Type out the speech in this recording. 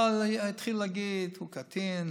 אבל התחילו להגיד: הוא קטין,